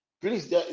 Please